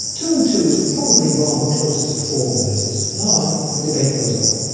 two and two is probably rather closer to four than it is to five, but the debate goes on.